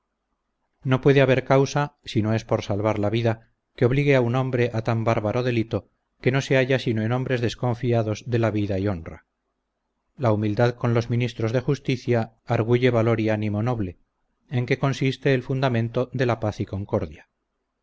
no puede haber causa si no es por salvar la vida que obligue a un hombre a tan bárbaro delito que no se halla sino en hombres desconfiados de la vida y honra la humildad con los ministros de justicia arguye valor y ánimo noble en que consiste el fundamento de la paz y concordia